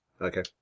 Okay